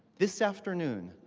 this afternoon,